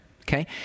Okay